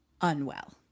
unwell